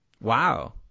Wow